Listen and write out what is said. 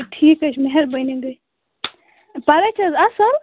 ٹھیٖک حظ چھُ مہربٲنی گٔے پَران چھِ حظ اَصٕل